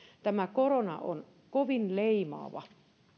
tämä korona on kovin leimaava